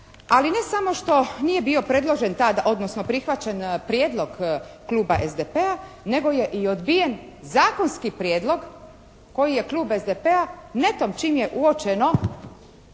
tad odnosno prihvaćen prijedlog Kluba SDP-a nego je i odbijen zakonski prijedlog koji je Klub SDP-a netom što je uočeno